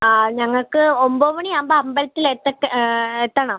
ആ ഞങ്ങൾക്ക് ഒൻപത് മണി ആവുമ്പം അമ്പലത്തിൽ എത്തത്തക്ക എത്തണം